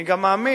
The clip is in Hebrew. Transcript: אני גם מאמין